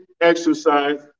exercise